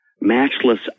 matchless